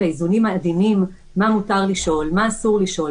האיזונים העדינים של מה שמותר ומה אסור לשאול.